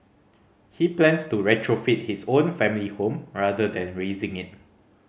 he plans to retrofit his own family home rather than razing it